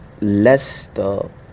Leicester